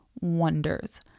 wonders